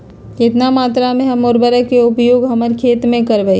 कितना मात्रा में हम उर्वरक के उपयोग हमर खेत में करबई?